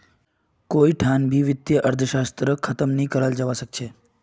कोई ठान भी वित्तीय अर्थशास्त्ररेर जरूरतक ख़तम नी कराल जवा सक छे